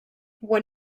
when